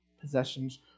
possessions